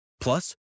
Plus